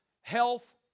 health